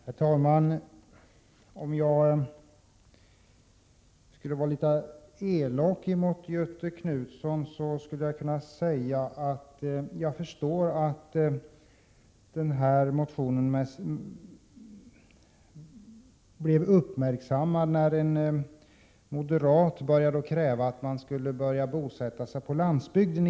Herr talman! Om jag nu skall vara litet elak mot Göthe Knutson kan jag säga att jag förstår att motionen i fråga blev uppmärksammad. Plötsligt propagerar alltså en moderat för att man skall bosätta sig på landsbygden.